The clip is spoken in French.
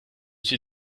suis